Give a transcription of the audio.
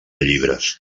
llibres